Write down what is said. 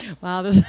Wow